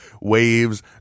waves